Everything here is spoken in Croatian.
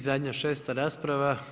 I zadnja, šesta rasprava.